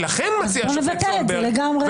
אז בוא נבטל את זה לגמרי.